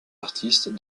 artistes